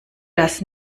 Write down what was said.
das